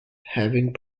having